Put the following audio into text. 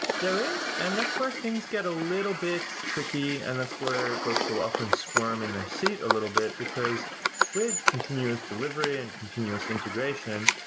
there is and that's where things get a little bit tricky and that's where folks will often squirm in their seat a little bit, because with continuous delivery and continuous integration,